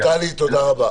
נפתלי, תודה רבה.